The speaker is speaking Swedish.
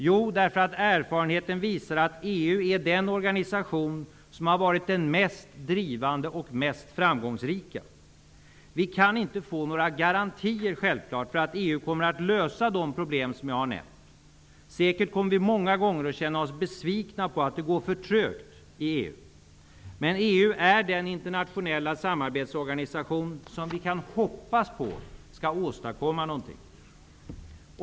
Jo, därför att erfarenheten visar att EU är den organisation som har varit den mest drivande och mest framgångsrika. Vi kan självfallet inte få några garantier för att EU kommer att lösa de problem som jag har nämnt. Vi kommer säkert många gånger att känna oss besvikna på att det går för trögt i EU. Men EU är den internationella samarbetsorganisation som vi kan hoppas skall åstadkomma något.